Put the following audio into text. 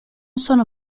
sono